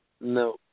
No